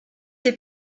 des